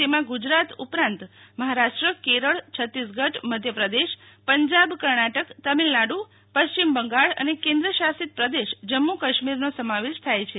તેમા ગુજરાત ઉપરાંત મહારાષ્ટ્ર કેરળ છત્તીસગઢ મધ્યપ્રદેશ પંજાબ કર્ણાટક તામિલનાડુપશ્ચિમ બંગાળ અને કેન્દ્ર શાસિત પ્રદેશ જમ્મુ કાશ્મીરનો સમાવેશ થાય છે